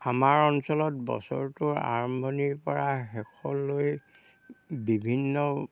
আমাৰ অঞ্চলত বছৰটোৰ আৰম্ভণিৰপৰা শেষলৈ বিভিন্ন